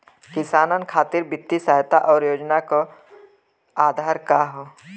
किसानन खातिर वित्तीय सहायता और योजना क आधार का ह?